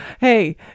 Hey